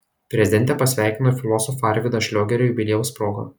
prezidentė pasveikino filosofą arvydą šliogerį jubiliejaus proga